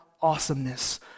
awesomeness